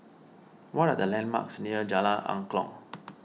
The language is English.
what are the landmarks near Jalan Angklong